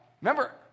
Remember